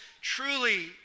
truly